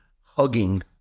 hugging